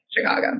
Chicago